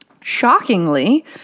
shockingly